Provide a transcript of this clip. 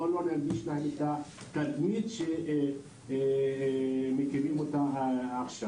בוא לא נלביש להם את התדמית שמכירים אותה עכשיו.